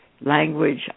language